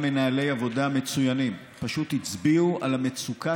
גם מנהלי עבודה מצוינים פשוט הצביעו על המצוקה